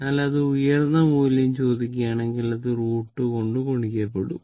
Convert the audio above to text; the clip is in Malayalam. എന്നാൽ അത് ഉയർന്ന മൂല്യം ചോദിക്കുകയാണെങ്കിൽ അത് √2 കൊണ്ട് ഗുണിക്കപ്പെടും